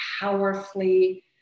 powerfully